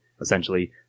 essentially –